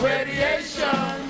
Radiation